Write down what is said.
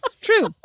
True